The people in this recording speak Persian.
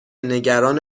نگران